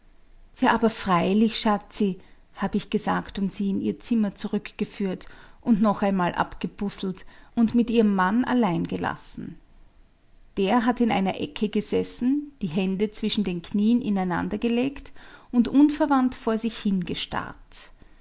ja aber freilich schatzi hab ich gesagt und sie in ihr zimmer zurückgeführt und noch einmal abgebusselt und mit ihrem mann allein gelassen der hat in einer ecke gesessen die hände zwischen den knien ineinandergelegt und unverwandt vor sich hingestarrt